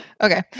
Okay